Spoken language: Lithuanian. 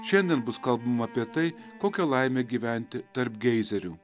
šiandien bus kalbama apie tai kokia laimė gyventi tarp geizerių